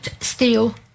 Steel